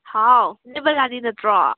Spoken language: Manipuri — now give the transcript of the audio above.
ꯍꯥꯎ ꯏꯅꯦ ꯕꯂꯥꯅꯤ ꯅꯠꯇ꯭ꯔꯣ